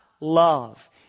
love